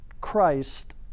Christ